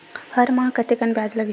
हर माह कतेकन ब्याज लगही?